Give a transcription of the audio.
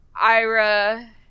Ira